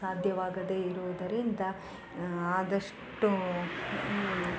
ಸಾಧ್ಯವಾಗದೆ ಇರುವುದರಿಂದ ಆದಷ್ಟೂ